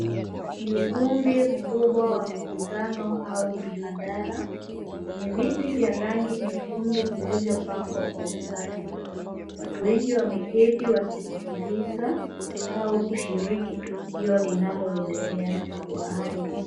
Ni ukumbi mkubwa wa mikutano au mihadhara yenye viti vya rangi nyekundu vilivyopangwa kwa ustadi. Watu wengi wameketi wakisikiliza au kushiriki tukio linaloendelea jukwaani.